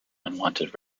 unwanted